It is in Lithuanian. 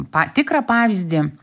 pa tikrą pavyzdį